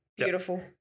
Beautiful